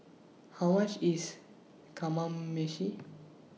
How much IS Kamameshi